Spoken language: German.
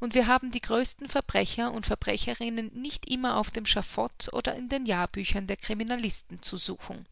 und wir haben die größten verbrecher und verbrecherinnen nicht immer auf dem schaffot oder in den jahrbüchern der criminalisten zu suchen